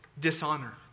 dishonor